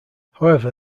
however